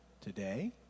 today